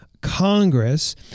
Congress